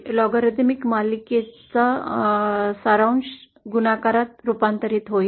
logarithmic मालिकेचा सारांश गुणाकारत रूपांतरित होईल